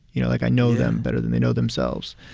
you know? like, i know them better than they know themselves.